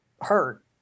hurt